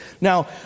Now